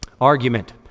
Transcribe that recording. Argument